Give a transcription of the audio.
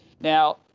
Now